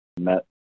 met